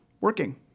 working